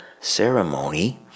Ceremony